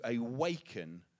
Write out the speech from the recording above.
awaken